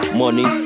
money